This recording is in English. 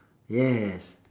yes